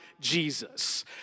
Jesus